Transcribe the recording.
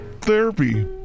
Therapy